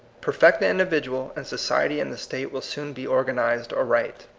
perfect the individual, and society and the state will soon be organized aright.